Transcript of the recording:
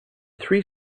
three